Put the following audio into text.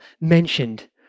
mentioned